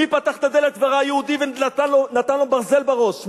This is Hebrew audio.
מי פתח את הדלת וראה יהודי ונתן לו ברזל בראש?